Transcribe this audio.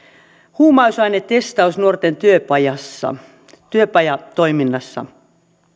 huumausainetestaus nuorten työpajatoiminnassa työpajatoiminnassa